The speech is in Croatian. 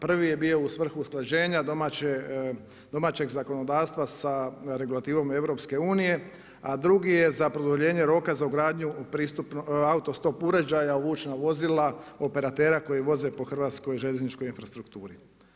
Prvi je bio u svrhu usklađenja domaćeg zakonodavstva sa regulativom EU-a, a drugi je za produljenje roka za ugradnju autostop uređaja, vučna vozila, operatera koji voze po hrvatskoj željezničkoj infrastrukturi.